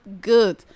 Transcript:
good